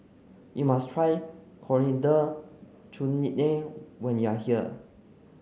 you must try Coriander Chutney when you are here